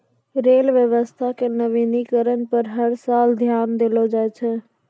rail व्यवस्था के नवीनीकरण पर हर साल ध्यान देलो जाय छै